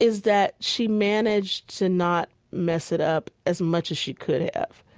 is that she managed to not mess it up as much as she could have.